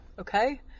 okay